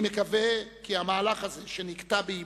אני מקווה כי המהלך הזה, שנקטע באבו